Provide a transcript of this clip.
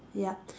yup